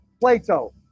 Plato